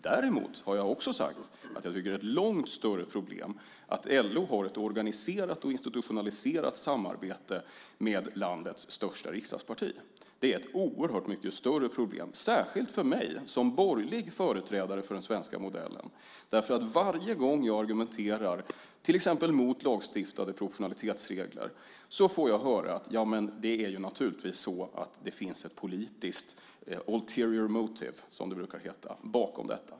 Däremot har jag också sagt att jag tycker att det är ett långt större problem att LO har ett organiserat och institutionaliserat samarbete med landets största riksdagsparti. Det är ett oerhört mycket större problem, särskilt för mig som borgerlig företrädare för den svenska modellen, därför att varje gång jag argumenterar till exempel mot lagstiftade proportionalitetsregler så får jag höra: Ja, men det är naturligtvis så att det finns ett politiskt alterior motive , som det brukar heta, bakom detta.